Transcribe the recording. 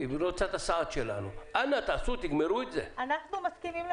היא רוצה את הסעד שלנו אנא, תעשו, תגמרו את זה.